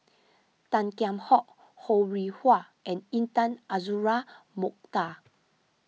Tan Kheam Hock Ho Rih Hwa and Intan Azura Mokhtar